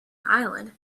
island